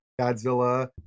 Godzilla